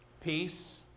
Peace